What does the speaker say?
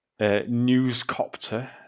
newscopter